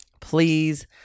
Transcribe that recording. please